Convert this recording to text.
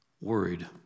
worried